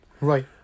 Right